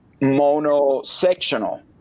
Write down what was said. mono-sectional